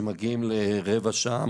שמגיעים לרבע שעה,